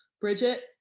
Bridget